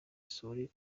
isuri